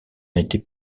était